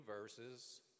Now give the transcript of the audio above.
verses